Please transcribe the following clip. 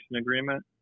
agreement